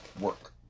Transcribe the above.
work